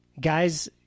Guys